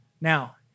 Now